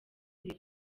ibi